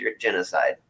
genocide